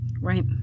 right